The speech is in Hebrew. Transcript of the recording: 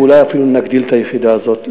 ואולי אפילו נגדיל את היחידה הזאת.